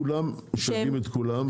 כולם משווקים את כולם,